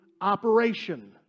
operation